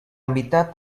mitad